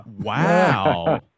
Wow